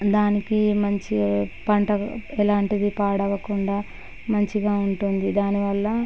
దానికి మంచి పంట ఎలాంటిది పాడవకుండా మంచిగా ఉంటుంది దానివల్ల